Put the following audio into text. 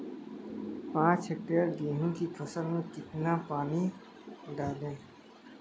पाँच हेक्टेयर गेहूँ की फसल में कितना पानी डालें?